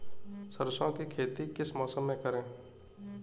सरसों की खेती किस मौसम में करें?